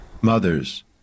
Mothers